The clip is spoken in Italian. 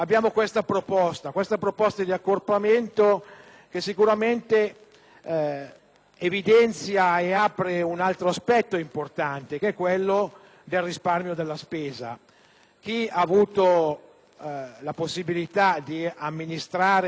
evidenzia e apre un altro aspetto importante, che è quello del risparmio della spesa. Chi ha avuto la possibilità di amministrare un Comune sa bene quanti soldi